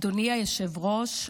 אדוני היושב-ראש,